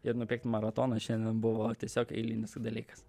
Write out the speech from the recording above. ir nubėgt maratoną šiandien buvo tiesiog eilinis dalykas